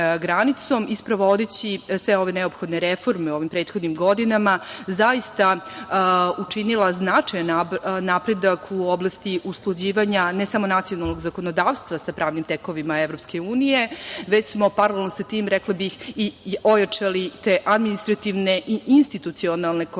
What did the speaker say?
i sprovodeći sve ove neophodne reforme u prethodnim godinama zaista učinila značajan napredak u oblasti usklađivanja, ne samo nacionalnog zakonodavstva sa pravnim tekovinama EU, već smo paralelno sa tim, rekla bih, i ojačali te administrativne i institucionalne kapacitete